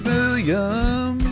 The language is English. William